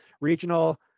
regional